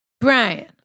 Brian